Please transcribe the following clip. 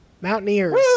Mountaineers